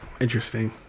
Interesting